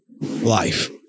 life